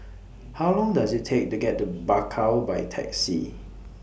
How Long Does IT Take to get to Bakau By Taxi